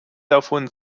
davon